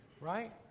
right